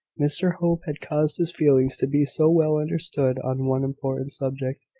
mr hope had caused his feelings to be so well understood on one important subject,